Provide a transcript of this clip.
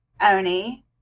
Oni